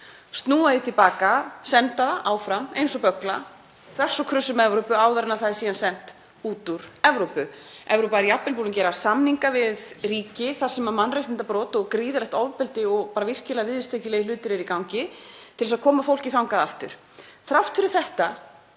snúið því til baka, sent það áfram eins og böggla þvers og kruss um Evrópu áður en það er síðan sent út úr Evrópu. Evrópa er jafnvel búin að gera samninga við ríki þar sem mannréttindabrot og gríðarlegt ofbeldi og bara virkilega viðurstyggilegir hlutir eru í gangi til þess að koma fólki þangað aftur. Þrátt fyrir þetta